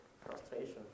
Frustration